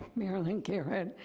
marilyn garrett,